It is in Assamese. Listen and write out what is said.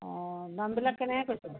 অঁ দামবিলাক কেনেকৈ কৈছে